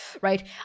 right